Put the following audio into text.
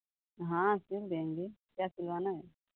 हाँ सिल देंगे क्या सिलवाना है